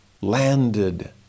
landed